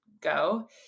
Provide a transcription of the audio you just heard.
go